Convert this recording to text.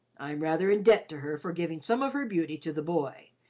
i'm rather in debt to her for giving some of her beauty to the boy,